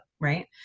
right